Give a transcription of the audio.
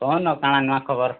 ତମର୍ନ ଆଉ କା'ଣା ନୂଆଁ ଖବର୍